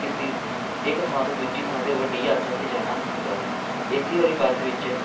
ਕਿਸੀ ਇੱਕ ਥਾਂ ਤੋਂ ਦੂਜੀ ਥਾਂ 'ਤੇ ਵੱਡੀ ਯਾਤਰਾ 'ਤੇ ਜਾਣਾ ਹੁੰਦਾ ਹੈ ਏ ਸੀ ਵਾਲੀ ਬੱਸ ਵਿੱਚ